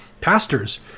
Pastors